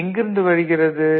இது எங்கிருந்து வருகிறது